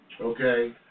Okay